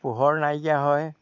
পোহৰ নাইকিয়া হয়